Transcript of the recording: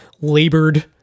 labored